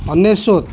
ଅନେଶତ